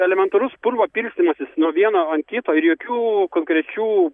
elementarus purvo pildymasis nuo vieno ant kito ir jokių konkrečių